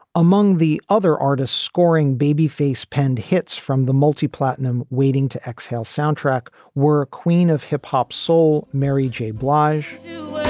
among the other artists scoring babyface penned hits from the multi-platinum waiting to exhale soundtrack were queen of hip hop soul mary j. blige